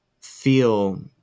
feel